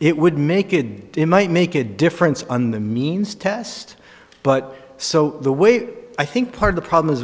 it would make good in might make a difference on the means test but so the way i think part of the problem is